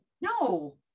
no